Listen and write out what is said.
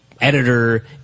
editor